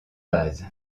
base